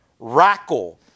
Rackle